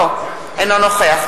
אינו נוכח ישראל כץ,